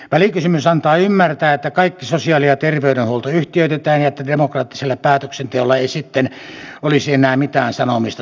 välikysymys antaa ymmärtää että kaikki sosiaali ja terveydenhuolto yhtiöitetään ja että demokraattisella päätöksenteolla ei sitten olisi enää mitään sanomista soten toimintaan